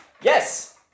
Yes